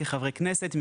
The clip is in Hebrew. כחברי כנסת,